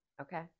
Okay